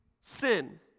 sin